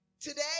Today